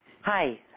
Hi